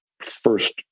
first